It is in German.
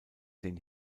den